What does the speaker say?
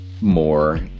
more